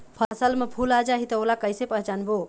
फसल म फूल आ जाही त ओला कइसे पहचानबो?